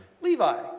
Levi